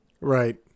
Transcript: Right